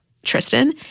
Tristan